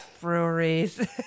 Breweries